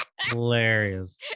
Hilarious